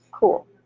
Cool